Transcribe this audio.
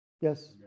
Yes